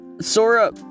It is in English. sora